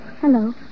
Hello